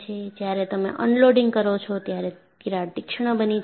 જ્યારે તમે અનલોડીંગ કરો છો ત્યારે તિરાડ તીક્ષ્ણ બની જાય છે